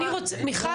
אם אנחנו